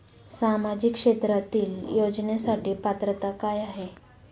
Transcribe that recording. सामाजिक क्षेत्रांतील योजनेसाठी पात्रता काय आहे?